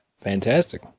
Fantastic